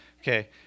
Okay